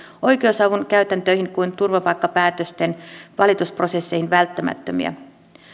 oikeusavun käytäntöihin kuin turvapaikkapäätösten valitusprosessiin välttämättömiä